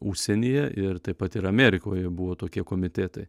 užsienyje ir taip pat ir amėrikoje buvo tokie komitėtai